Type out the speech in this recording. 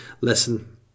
listen